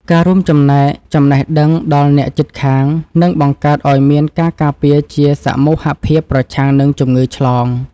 ការរួមចំណែកចំណេះដឹងដល់អ្នកជិតខាងនឹងបង្កើតឱ្យមានការការពារជាសមូហភាពប្រឆាំងនឹងជំងឺឆ្លង។